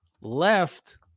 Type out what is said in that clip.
left